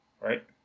right